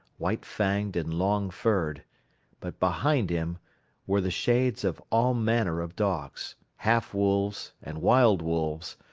white-fanged and long-furred but behind him were the shades of all manner of dogs, half-wolves and wild wolves,